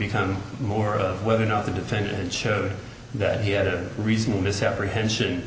become more of whether or not the defendant showed that he had a reason a misapprehension